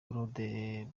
claude